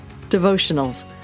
devotionals